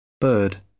bird